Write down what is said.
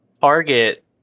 Target